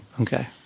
Okay